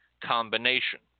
combination